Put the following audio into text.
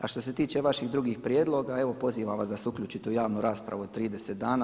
A što se tiče vaših drugih prijedloga evo pozivam vas da se uključite u javnu raspravu od 30 dana.